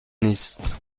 نیست